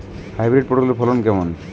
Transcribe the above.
Hybrid পটলের ফলন কেমন?